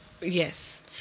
Yes